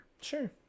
sure